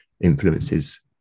influences